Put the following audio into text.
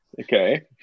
Okay